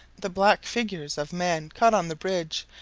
the black figures of men caught on the bridge,